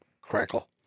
crackle